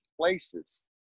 places